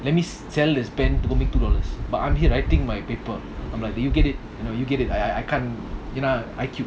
let me sell this pen to go make two dollars but I'm here writing my paper I'm like you get it you know you get it I I I can't you know I_Q